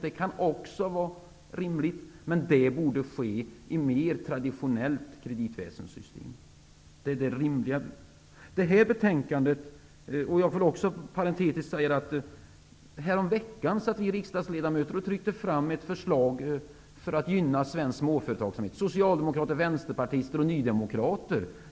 Men det borde ske genom ett mer traditionellt kreditväsensystem. Parantetiskt vill jag säga: Häromveckan röstade vi riksdagsledamöter, socialdemokrater, vänsterpartister och nydemokrater, fram ett förslag för att gynna svensk småföretagsamhet.